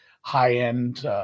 high-end